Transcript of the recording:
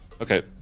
okay